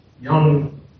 young